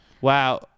Wow